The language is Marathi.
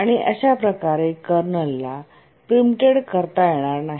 आणि अशा प्रकारे कर्नलला प्रीप्टेड करता येणार नाही